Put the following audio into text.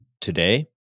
Today